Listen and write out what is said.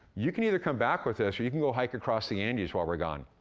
you can either come back with us or you can go hike across the andes while we're gone.